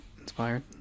inspired